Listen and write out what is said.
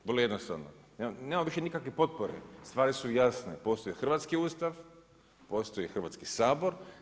Vrlo jednostavno, nema više nikakve potpore, stvari su jasne, postoji hrvatski Ustav, postoji Hrvatski sabor.